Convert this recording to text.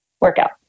workout